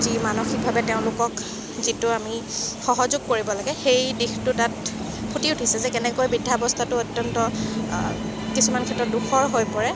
যি মানসিকভাৱে তেওঁলোকক যিটো আমি সহযোগ কৰিব লাগে সেই দিশটো তাত ফুটি উঠিছে যে কেনেকৈ বৃদ্ধা অৱস্থাটো অত্যন্ত কিছুমান ক্ষেত্ৰত দুখৰ হৈ পৰে